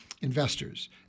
investors